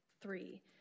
three